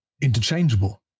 interchangeable